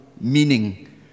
meaning